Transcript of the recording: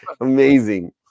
Amazing